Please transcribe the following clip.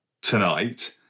tonight